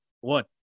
one